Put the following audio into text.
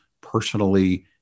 personally